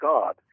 God